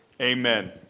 amen